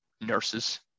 nurses